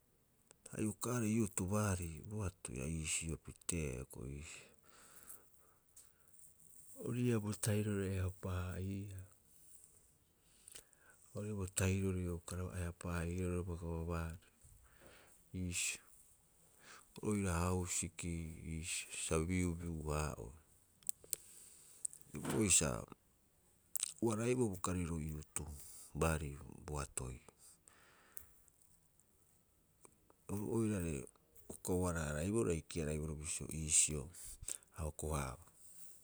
Ha iokaarei youth baari boatoi, a iisio piteea hioko'i iisio. Ori ii'a bo tahirori a ukaraba eapaa- haa'iia, ori ii'a bo tahirori a ukaraba eapaa- haa'iia roiraba gavavaari, iisi oira hausiki iisii sa biubiu- haa'ohe. Hioko'i sa ubaraibo bo kariro youth baari boatoi. Oru oira are uka ubara- harai boroo are hiki- haraiboroo bisio iisio a o ko'aau.